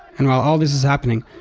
and while all this is happening,